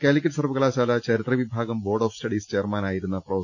കാലിക്കറ്റ് സർവകലാശാല ചരിത്ര വിഭാഗം ബോർഡ് ഓഫ് സ്റ്റഡീസ് ചെയർമാനായിരുന്ന പ്രൊഫ